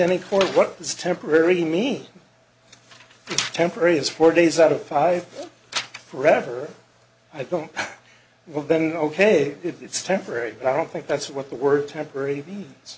this temporary mean temporary is four days out of five forever i don't well then ok it's temporary but i don't think that's what the word temporary means